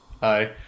Hi